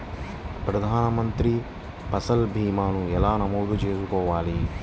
ప్రధాన మంత్రి పసల్ భీమాను ఎలా నమోదు చేసుకోవాలి?